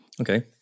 okay